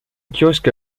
kiosque